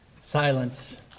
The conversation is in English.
silence